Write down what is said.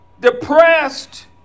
depressed